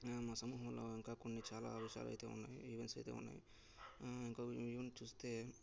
మా సమూహంలో ఇంకా కొన్ని చాలా అంశాలైతే ఉన్నాయి ఈవెంట్స్ అయితే ఉన్నాయి ఇంకో ఈవెంట్ చూస్తే